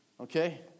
Okay